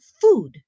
food